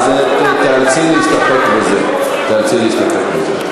זה לא מספיק לנו, אנחנו, אז תיאלצי להסתפק בזה.